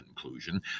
conclusion